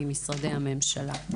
ממשרדי הממשלה.